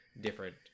different